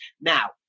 Now